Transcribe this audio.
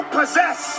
possess